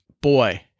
Boy